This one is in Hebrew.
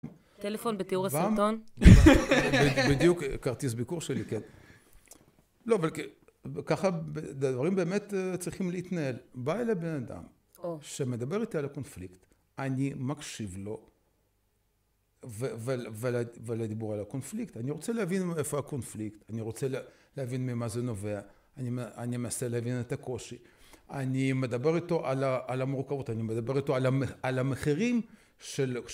טלפון בתיאור הסרטון. בדיוק כרטיס ביקור שלי, כן. לא אבל, ככה דברים באמת צריכים להתנהל. בא אלי בן אדם שמדבר איתי על הקונפליקט. אני מקשיב לו, ולדיבור על הקונפליקט, אני רוצה להבין מאיפה הקונפליקט, אני רוצה להבין ממה זה נובע, אני מנסה להבין את הקושי, אני מדבר איתו על המורכבות, אני מדבר איתו על המחירים שלו.